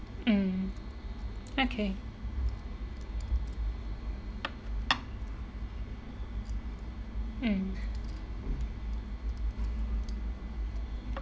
mm okay mm